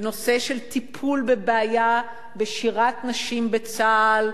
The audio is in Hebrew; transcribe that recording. בנושא של טיפול בבעיה בשירת נשים בצה"ל,